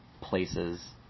places